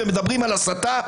ומדברים על הסתה.